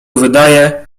wydaje